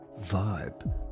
vibe